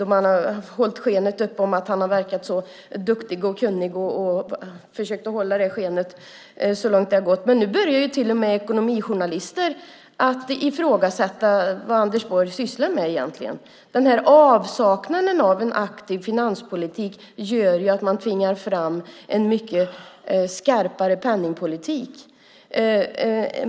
Man har försökt hålla skenet uppe att han är så duktig och kunnig, men nu börjar till och med ekonomijournalister ifrågasätta vad Anders Borg sysslar med. Avsaknaden av en aktiv finanspolitik gör att man tvingar fram en mycket skarpare penningpolitik.